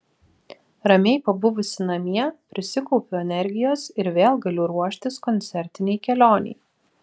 ramiai pabuvusi namie prisikaupiu energijos ir vėl galiu ruoštis koncertinei kelionei